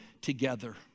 together